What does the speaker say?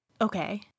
Okay